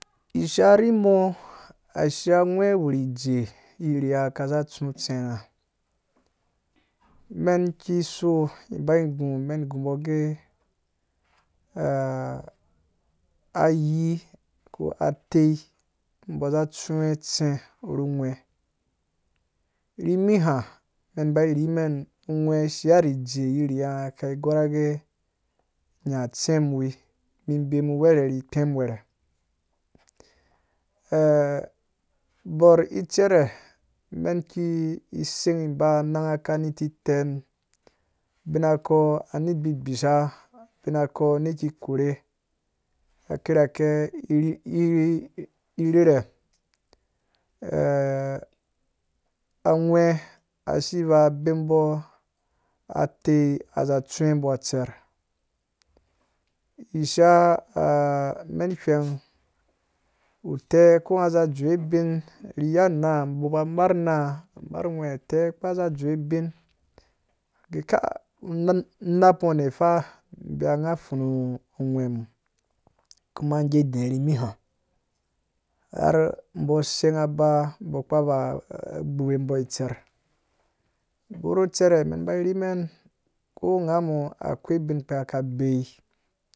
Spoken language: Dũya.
Ishaa rimi ashiya ungwe wuri ijee yiriye nga kaza tsu tɛnga mɛn kiso ba nggu mɛn nggu mbɔ gɛ ayii ko atei mbɔ za tsuwe tsɛ ru ngwɛ ri miha mɛ ba ri mɛn ungwe shia ri ijee yiriye nga kai gɔrr agɛ nyã tsɛm uwir mi mbemu wɛrɛ ni kpɛm wɛrɛ bɔr icɛrɛ mɛn ki seng iba ananga kani titɛn abina kɔ ani gbigbisha abinakɔ ani kikorhe akirake ri-i-ir-ri-irirhe angwɛ asiva bemu mboɔ atei aza tsuwe mbɔ atserh, ishaa mɛn hwɛng utɛ ko nga za dzowe bin ri iya naa mbɔ ba marh naa marh nghwɛ ha utɛ kpaza dzowe bin agɛ ka nan-nap ngo ane fa mbeya ngã pfunu nghwem kuma ngge dɛ rhi miha har mbɔ sengaba mbo kpa ba gbubuwe mbɔ itserh bɔr icɛrɛ mɛn ba rimɛn ko nga mɔ akwei ubin kpi nga ka bei